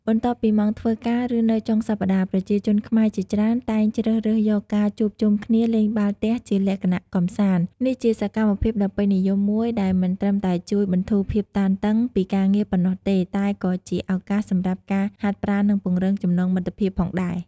បន្ទាប់ពីម៉ោងធ្វើការ ឬនៅចុងសប្ដាហ៍ ប្រជាជនខ្មែរជាច្រើនតែងជ្រើសរើសយកការជួបជុំគ្នាលេងបាល់ទះជាលក្ខណៈកម្សាន្ត នេះជាសកម្មភាពដ៏ពេញនិយមមួយដែលមិនត្រឹមតែជួយបន្ធូរភាពតានតឹង ពីការងារប៉ុណ្ណោះទេ តែក៏ជាឱកាសសម្រាប់ការហាត់ប្រាណនិងពង្រឹងចំណងមិត្តភាពផងដែរ។